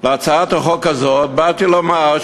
בהצעת החוק הזאת באתי לומר,